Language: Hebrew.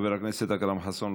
חבר הכנסת אכרם חסון,